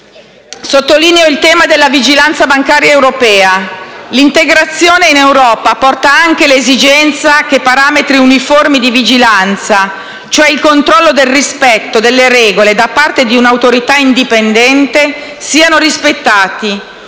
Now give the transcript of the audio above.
sottolineo il tema della vigilanza bancaria europea. L'integrazione in Europa porta anche l'esigenza che parametri uniformi di vigilanza (cioè il controllo del rispetto delle regole da parte di un'autorità indipendente) siano rispettati.